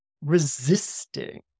resisting